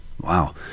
Wow